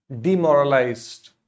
demoralized